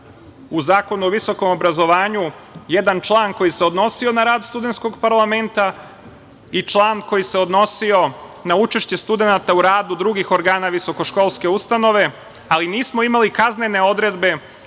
u Zakonu o visokom obrazovanju jedan član koji se odnosio na rad Studentskog parlamenta i član koji se odnosio na učešće studenata u radu drugih organa visoko školske ustanove, ali nismo imali kaznene odredbe